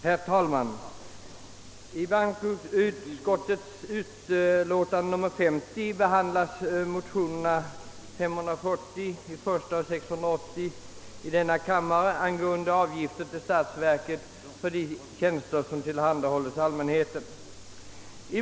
Herr talman! I bankoutskottets utlåtande nr 50 behandlas motionerna I: 540 och II: 680 angående avgifter till statsverket för de tjänster som tillhandahålles allmänheten.